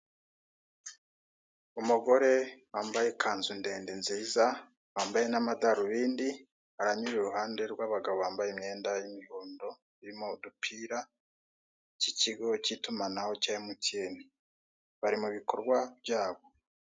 Umugore wambaye ikanzu ndende nziza wambaye n'amadarubindi, aranyura iruhande rw'abagabo bambaye imyenda y'imihondo, irimo udupira k'ikigo cy'itumanaho cya emutiyene, bari mu bikorwa byabo.